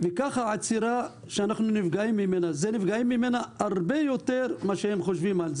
אנחנו נפגעים מן העצירה בדיג הרבה יותר מאשר הם חושבים.